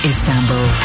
Istanbul